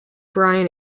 brian